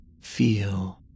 Feel